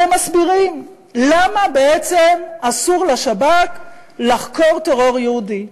והם מסבירים למה בעצם אסור לשב"כ לחקור טרור יהודי.